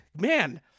Man